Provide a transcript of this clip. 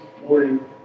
morning